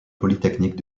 polytechnique